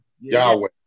Yahweh